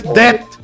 death